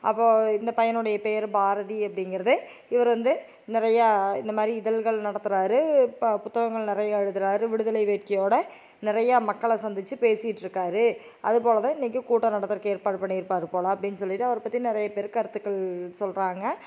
அப்போது இந்த பையனுடைய பேர் பாரதி அப்படிங்கிறதே இவர் வந்து நிறையா இந்த மாதிரி இதழ்கள் நடத்துகிறாரு ப புத்தகங்கள் நிறையா எழுதுகிறாரு விடுதலை வேட்கையோடு நிறையா மக்களை சந்திச்சு பேசிகிட்ருக்காரு அதுபோல் தான் இன்றைக்கு கூட்டம் நடத்துறக்கு ஏற்பாடு பண்ணியிருப்பாரு போலே அப்படின்னு சொல்லிவிட்டு அவரை பற்றி நிறைய பேர் கருத்துக்கள் சொல்கிறாங்க